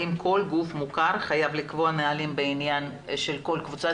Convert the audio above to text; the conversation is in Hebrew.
האם כל גוף מוכר חייב לקבוע נהלים בעניין של כל קבוצה,